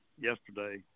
yesterday